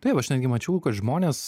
taip aš netgi mačiau kad žmonės